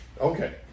Okay